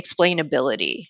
explainability